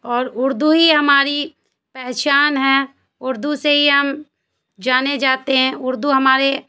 اور اردو ہی ہماری پہچان ہے اردو سے ہی ہم جانے جاتے ہیں اردو ہمارے